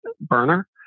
burner